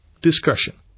Discussion